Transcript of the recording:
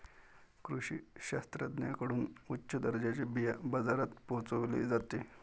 कृषी शास्त्रज्ञांकडून उच्च दर्जाचे बिया बाजारात पोहोचवले जाते